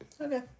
Okay